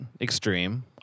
extreme